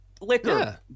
Liquor